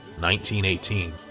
1918